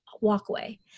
walkway